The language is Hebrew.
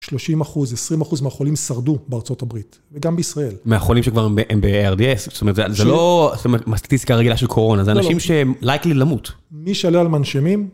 30 אחוז, 20 אחוז מהחולים שרדו בארה״ב, וגם בישראל. מהחולים שכבר הם ב-ARDS? זאת אומרת, זה לא מהסטטיסטיקה הרגילה של קורונה, זה אנשים שהם לייקלי למות. מי שעלה על מנשמים...